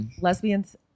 lesbians